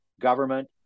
government